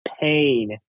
pain